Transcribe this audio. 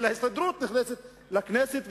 אלא ההסתדרות נכנסת לכנסת,